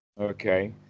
Okay